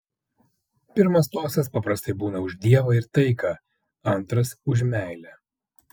pirmas tostas paprastai būna už dievą ir taiką antras už meilę